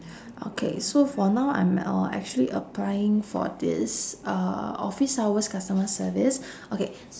okay so for now I'm uh actually applying for this uh office hours customer service okay